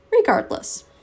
Regardless